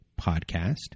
podcast